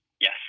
Yes